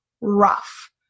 rough